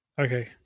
Okay